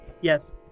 Yes